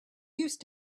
used